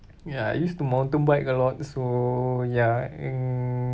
ya I used to mountain bike a lot so ya mm